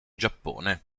giappone